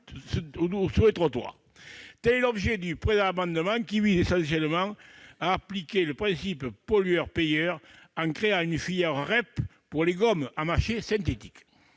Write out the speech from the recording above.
sur les trottoirs ! Le présent amendement vise essentiellement à appliquer le principe du pollueur-payeur en créant une filière REP pour les gommes à mâcher synthétiques.